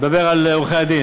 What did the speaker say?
אני מדבר על עורכי-הדין,